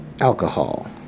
alcohol